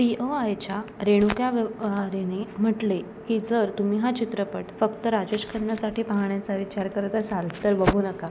T ओ आयच्या रेणुक्या व्यवहारेने म्हटले की जर तुम्ही हा चित्रपट फक्त राजेश खन्नासाठी पाहण्याचा विचार करत असाल तर बघू नका